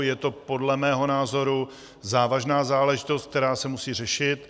Je to podle mého názoru závažná záležitost, která se musí řešit.